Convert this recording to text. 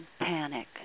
panic